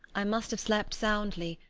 i must have slept soundly,